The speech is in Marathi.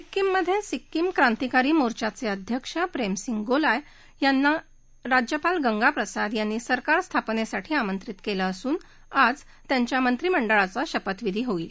सिक्कीममधे सिक्कीम क्रांतीकारी मोर्चाचे अध्यक्ष प्रेमसिंग गोलाय यांना राज्यपाल गंगाप्रसाद यांनी सरकार स्थापनेसाठी आमंत्रित केलं असून आज त्यांच्या मंत्रिमंडळाचा शपथविधी होणार आहे